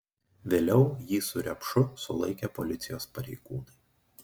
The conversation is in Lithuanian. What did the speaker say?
vėliau jį su repšu sulaikė policijos pareigūnai